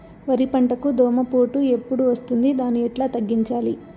వరి పంటకు దోమపోటు ఎప్పుడు వస్తుంది దాన్ని ఎట్లా తగ్గించాలి?